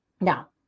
Now